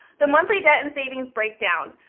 the monthly debt and savings breakdown,